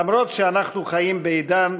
אף-על-פי שאנחנו חיים בעידן